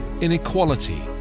inequality